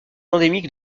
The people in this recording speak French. endémique